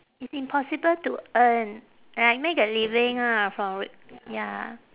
it's impossible to earn and like make a living ah from ri~ ya